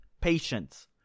Patience